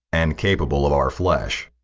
and capable of our flesh,